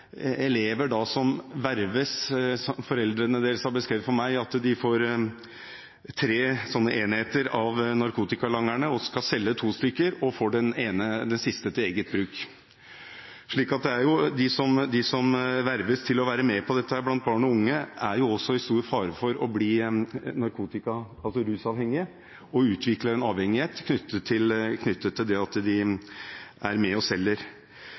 som verves. Foreldrene deres har beskrevet for meg at de får tre enheter av narkotikalangerne, skal selge to og får den siste til eget bruk. Slik står de blant barn og unge som verves til å være med på dette, også i stor fare for å bli rusavhengige og utvikle avhengighet, knyttet til det at de er med og selger.